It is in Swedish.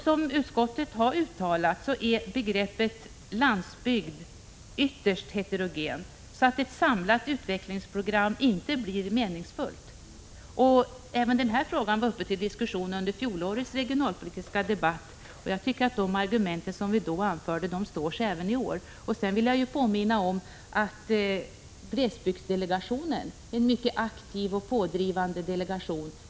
Som utskottet har uttalat är begreppet landsbygd ytterst heterogent, så att ett samlat utvecklingsprogram inte blir meningsfullt. Även denna fråga var upp till diskussion under fjolårets regionalpolitiska debatt, och jag tyckte att de argument som vi då anförde står sig även i år. Jag vill påminna om glesbygdsdelegationen, som är en mycket aktiv och pådrivande delegation.